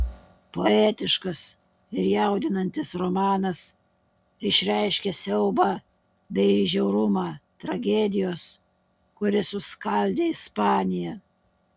poetiškas ir jaudinantis romanas išreiškia siaubą bei žiaurumą tragedijos kuri suskaldė ispaniją